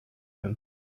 him